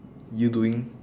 you doing